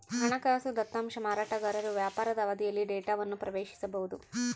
ಹಣಕಾಸು ದತ್ತಾಂಶ ಮಾರಾಟಗಾರರು ವ್ಯಾಪಾರದ ಅವಧಿಯಲ್ಲಿ ಡೇಟಾವನ್ನು ಪ್ರವೇಶಿಸಬೊದು